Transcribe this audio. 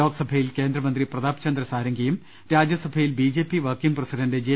ലോക്സഭയിൽ കേന്ദ്രമന്ത്രി പ്രതാപ് ചന്ദ്ര സാരംഗിയും രാജ്യസഭയിൽ B J P working president J